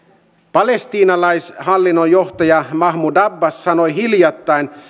palestiinalaishallinnon johtaja mahmud abbas sanoi hiljattain